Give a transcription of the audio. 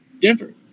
differ